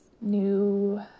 new